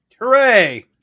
Hooray